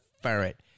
ferret